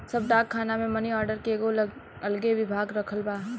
सब डाक खाना मे मनी आर्डर के एगो अलगे विभाग रखल बा